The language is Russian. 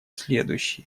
следующие